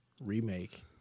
Remake